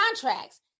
contracts